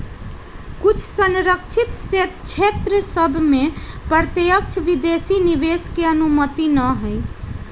कुछ सँरक्षित क्षेत्र सभ में प्रत्यक्ष विदेशी निवेश के अनुमति न हइ